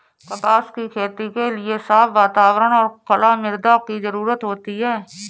कपास की खेती के लिए साफ़ वातावरण और कला मृदा की जरुरत होती है